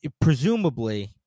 presumably